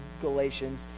Galatians